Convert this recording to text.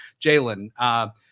Jalen